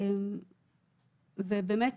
ובאמת